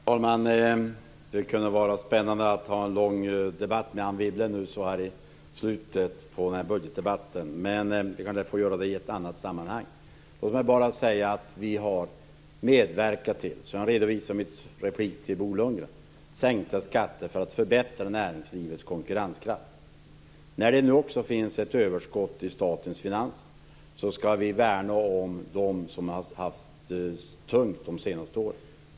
Herr talman! Det kunde vara spännande att ha en lång debatt med Anne Wibble i slutet av denna budgetdebatt. Men vi kanske får ha den debatten i ett annat sammanhang. Låt mig bara säga att vi, som jag redovisade i min replik till Bo Lundgren, har medverkat till sänkta skatter för att förbättra näringslivets konkurrenskraft. När det nu också finns ett överskott i statens finanser skall vi värna om dem som har haft det tungt under de senaste åren.